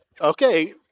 Okay